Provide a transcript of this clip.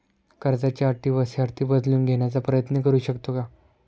कर्जाच्या अटी व शर्ती बदलून घेण्याचा प्रयत्न करू शकतो का?